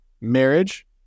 marriage